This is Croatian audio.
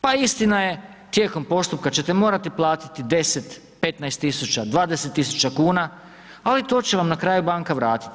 Pa istina je, tijekom postupka ćete morati platiti 10, 15 tisuća, 20 tisuća kuna, ali to će vam na kraju banka vratiti.